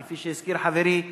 כפי שהזכיר חברי דב,